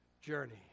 journey